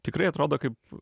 tikrai atrodo kaip